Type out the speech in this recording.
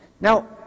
Now